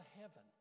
heaven